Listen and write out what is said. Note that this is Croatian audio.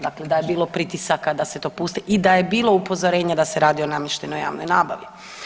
Dakle, da je bilo pritisaka da se to pusti i da je bilo upozorenja da se radi o namještenoj javnoj nabavi.